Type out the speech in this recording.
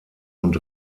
und